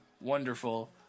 wonderful